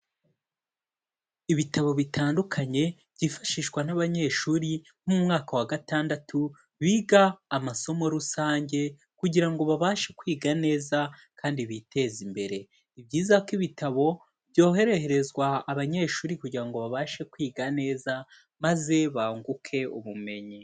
Ibitabo bitandukanye byifashishwa n'abanyeshuri mu mwaka wa gatandatu biga amasomo rusange kugira ngo babashe kwiga neza kandi biteze imbere, ni byiza ko ibitabo byohererezwa abanyeshuri kugira ngo babashe kwiga neza maze banguke ubumenyi.